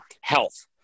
health